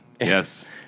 Yes